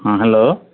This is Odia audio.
ହଁ ହ୍ୟାଲୋ